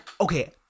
Okay